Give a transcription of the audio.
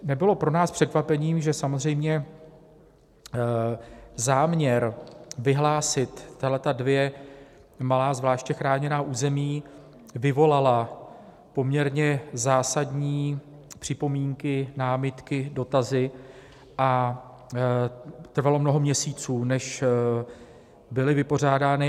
Nebylo pro nás překvapením, že samozřejmě záměr vyhlásit tato dvě malá zvláště chráněná území vyvolal poměrně zásadní připomínky, námitky, dotazy a trvalo mnoho měsíců, než byly vypořádány.